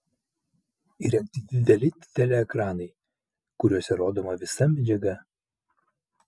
įrengti dideli teleekranai kuriuose rodoma visa medžiaga